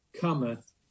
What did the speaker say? cometh